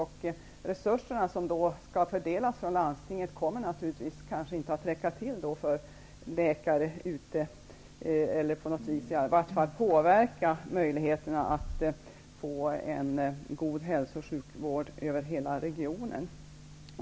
De resurser som då skall fördelas av landstinget kommer kanske inte att räcka till för andra läkare i regionen, vilket påverkar möjligheterna att få tillgång till en god hälso och sjukvård över hela regionen.